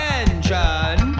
engine